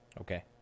Okay